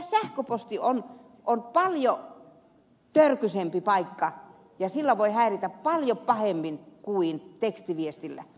sähköposti on paljon törkyisempi paikka ja sillä voi häiritä paljon pahemmin kuin tekstiviestillä